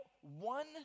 one